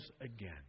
again